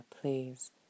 please